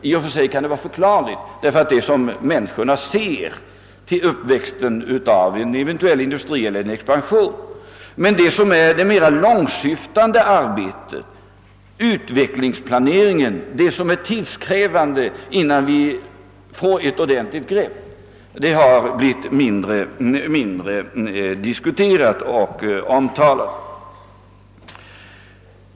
I och för sig kan detta vara förklarligt, eftersom det är upptakten till en eventuell industriell expansion som faller människorna i ögonen. Det mera långsiktande och tidskrävande arbetet med utvecklingsplaneringen innan vi fått ett ordentligt grepp på utvecklingen har blivit mindre diskuterat och omtalat.